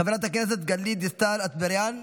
חברת הכנסת גלית דיסטל אטבריאן,